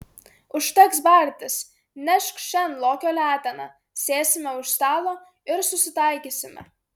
užteks bartis nešk šen lokio leteną sėsime už stalo ir susitaikysime